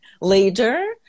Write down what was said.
later